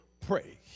pray